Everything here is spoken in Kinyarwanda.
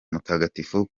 mutagatifu